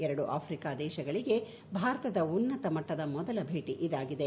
ಎರಡು ಆಫ್ರಿಕಾ ದೇಶಗಳಿಗೆ ಭಾರತದ ಉನ್ನತ ಮಟ್ಟದ ಮೊದಲ ಭೇಟಿ ಇದಾಗಿದೆ